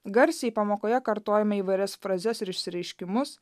garsiai pamokoje kartojame įvairias frazes ir išsireiškimus